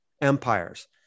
empires